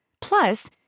Plus